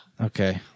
Okay